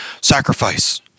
Sacrifice